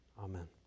Amen